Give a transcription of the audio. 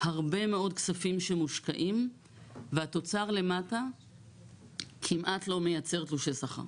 הרבה מאוד כספים שמושקעים והתוצר למטה כמעט לא מייצר תלושי שכר.